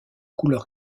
couleur